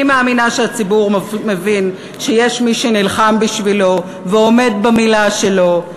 אני מאמינה שהציבור מבין שיש מי שנלחם בשבילו ועומד במילה שלו,